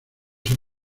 san